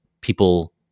people